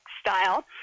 style